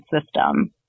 system